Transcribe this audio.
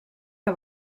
que